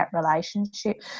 relationship